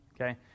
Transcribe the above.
okay